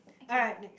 alright next